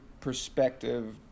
perspective